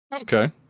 Okay